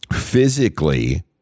physically